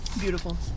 Beautiful